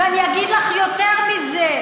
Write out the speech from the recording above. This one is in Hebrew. ואני אגיד לך יותר מזה,